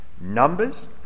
Numbers